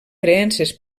creences